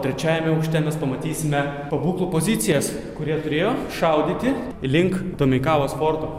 trečiajame aukšte mes pamatysime pabūklų pozicijas kurie turėjo šaudyti link domeikavos forto